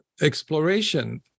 exploration